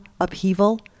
upheaval